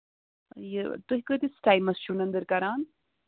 یہِ تُہۍ کۭتِس ٹایمَس چھِو نندٕر کران